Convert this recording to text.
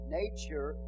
nature